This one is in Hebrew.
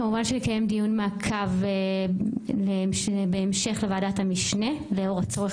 כמובן שנקיים דיון מעקב בהמשך לוועדת המשנה לאור הצורך